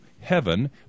heaven